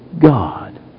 God